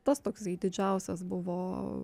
tas toksai didžiausias buvo